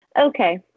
Okay